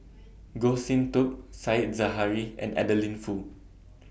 Goh Sin Tub Said Zahari and Adeline Foo